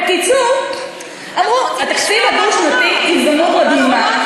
בקיצור, אמרו: התקציב הדו-שנתי, הזדמנות מדהימה.